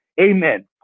Amen